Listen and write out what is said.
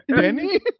Danny